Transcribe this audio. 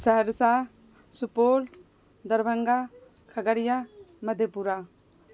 سہرسہ سپول دربھنگہ کھگڑیا مدھے پورا